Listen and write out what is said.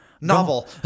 Novel